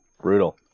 Brutal